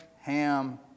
Ham